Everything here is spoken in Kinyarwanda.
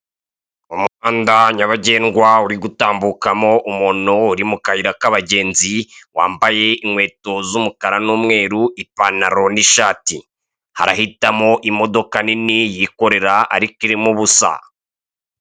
Umuhanda nyabagendwa uri gutambukamo umuntu uri mu kayira k'abagenzi, wambaye inkweto z'umukara n'umweru ipantaro n'ishati, harahitamo imodoka nini yikorera ariko irimo ubusa.